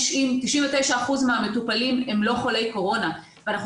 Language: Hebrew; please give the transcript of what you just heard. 99% מהמטופלים הם לא חולי קורונה ואנחנו